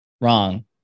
wrong